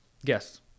Yes